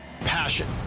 Passion